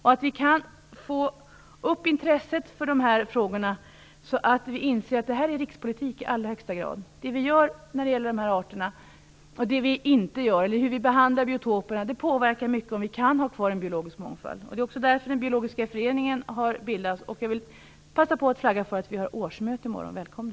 Vi måste väcka intresset för dessa frågor, och inse att detta i allra högsta grad är rikspolitik. Det vi gör och inte gör för dessa arter, och hur vi behandlar biotoperna påverkar i hög grad frågan om ifall vi kan ha kvar en biologisk mångfald. Det är också därför den Biologiska föreningen har bildats. Jag vill passa på att flagga för att föreningen har årsmöte i morgon. Välkomna!